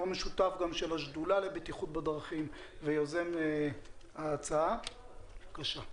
יו"ר משותף של השדולה לבטיחות בדרכים ויוזם ההצעה בבקשה.